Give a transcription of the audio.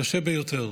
קשה ביותר.